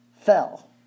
fell